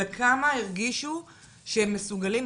אלא כמה הרגישו שהם מסוגלים,